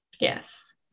Yes